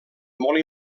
molt